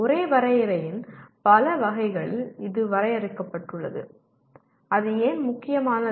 ஒரே வரையறையின் பல வகைகளில் இது வரையறுக்கப்பட்டுள்ளது அது ஏன் முக்கியமானது